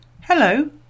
Hello